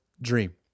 dream